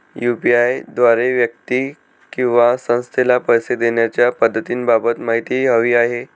UPI द्वारे व्यक्ती किंवा संस्थेला पैसे देण्याच्या पद्धतींबाबत माहिती हवी आहे